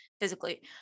physically